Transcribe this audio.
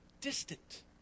distant